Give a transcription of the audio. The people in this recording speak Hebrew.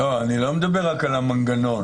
אני לא מדבר רק על המנגנון,